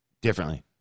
differently